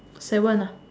seven ah